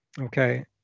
Okay